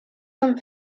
com